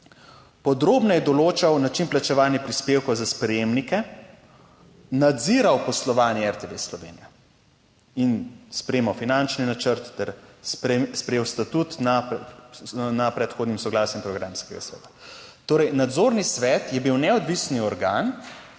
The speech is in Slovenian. podrobneje določal način plačevanja prispevkov za sprejemnike, nadziral poslovanje RTV Slovenija in sprejemal finančni načrt ter sprejel statut na predhodnim soglasjem programskega sveta. Torej nadzorni svet je bil neodvisni organ.